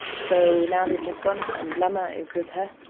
so now they've just gone, and lama is with her.